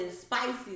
spicy